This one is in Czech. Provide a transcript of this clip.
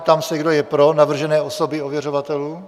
Ptám se, kdo je pro navržené osoby ověřovatelů.